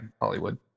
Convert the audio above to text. Hollywood